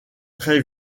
très